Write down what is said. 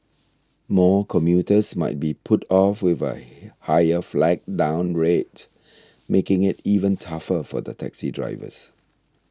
more commuters might be put off with a higher flag down rate making it even tougher for the taxi drivers